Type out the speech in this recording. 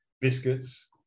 Biscuits